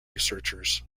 researchers